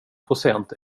procent